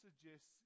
suggests